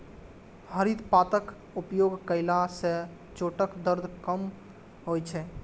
हरदि पातक उपयोग कयला सं चोटक दर्द कम होइ छै